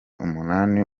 umunani